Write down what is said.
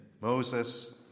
Moses